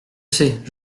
sais